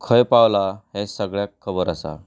खंय पावलां हें सगळ्यांक खबर आसा